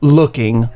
looking